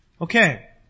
Okay